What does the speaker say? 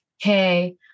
hey